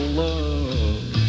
love